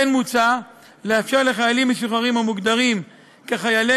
כמו כן מוצע לאפשר לחיילים משוחררים המוגדרים חיילי